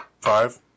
Five